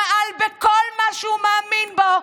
שמעל בכל מה שהוא מאמין בו,